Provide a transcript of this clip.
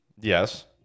Yes